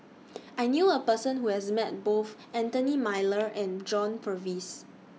I knew A Person Who has Met Both Anthony Miller and John Purvis